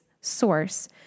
source